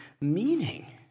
meaning